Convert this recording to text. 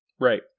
Right